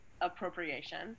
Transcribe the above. appropriation